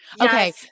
Okay